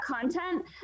content